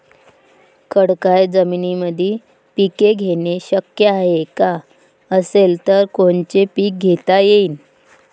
खडकाळ जमीनीमंदी पिके घेणे शक्य हाये का? असेल तर कोनचे पीक घेता येईन?